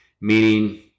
meaning